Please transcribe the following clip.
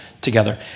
together